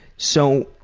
so